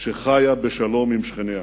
שחיה בשלום עם שכניה.